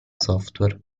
software